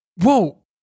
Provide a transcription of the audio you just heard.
whoa